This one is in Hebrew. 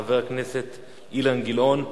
חבר הכנסת אילן גילאון,